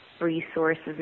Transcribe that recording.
resources